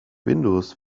windows